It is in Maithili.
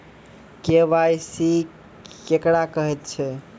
के.वाई.सी केकरा कहैत छै?